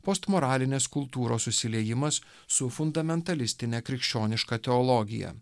postmoralinės kultūros susiliejimas su fundamentalistine krikščioniška teologija